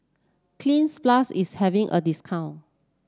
Cleanz Plus is having a discount